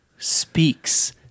speaks